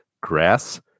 grass